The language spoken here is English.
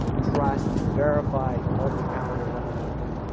trust, verify, hold them accountable when we need to.